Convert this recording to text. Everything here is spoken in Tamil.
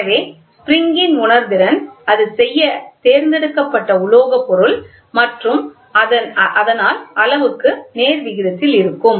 எனவே ஸ்ப்ரிங் ன் உணர்திறன் அது செய்ய தேர்ந்தெடுக்கப்பட்ட உலோகப் பொருள் மற்றும் அதனால் அளவுக்கு நேர் விகிதத்தில் இருக்கும்